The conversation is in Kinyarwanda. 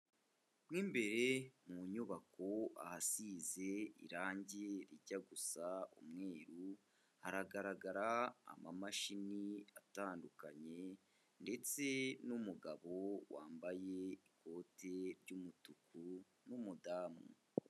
Mo imbere mu nyubako ahasize irangi rijya gusa umweru, haragaragara amamashini atandukanye ndetse n'umugabo wambaye ikoti ry'umutuku n'umudamu.